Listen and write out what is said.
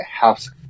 house